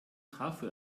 trafo